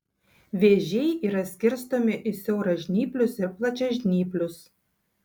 vėžiai yra skirstomi į siauražnyplius ir plačiažnyplius